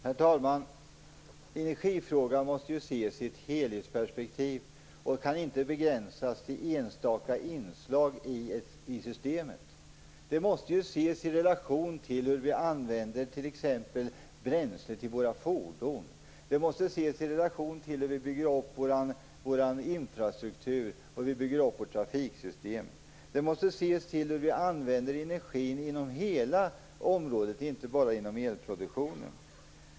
Herr talman! Energifrågan måste ju ses i ett helhetsperspektiv. Den kan inte begränsas till enstaka inslag i systemet. Den måste ju ses i relation till hur vi använder t.ex. bränsle till våra fordon, hur vi bygger upp vår infrastruktur och vårt trafiksystem. Den måste ses i relation till hur vi använder energin inom hela området, inte bara inom elproduktionen.